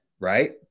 right